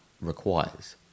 requires